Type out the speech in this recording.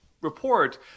report